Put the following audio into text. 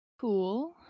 Cool